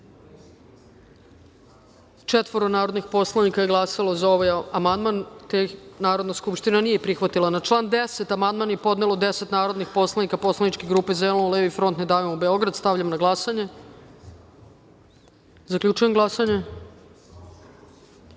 četvoro narodnih poslanika je glasalo za ovaj amandman, te ga Narodna skupština nije prihvatila. Na član 10. amandman je podnelo 10 narodnih poslanika poslaničke grupe Zeleno-levi front – Ne davimo Beograd. Stavljam na glasanje. Zaključujem glasanje: